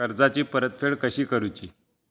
कर्जाची परतफेड कशी करूची?